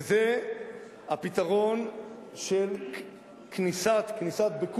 וזה הפתרון של קניסת,